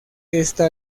esta